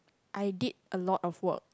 I did a lot of work